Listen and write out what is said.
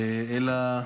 אלא,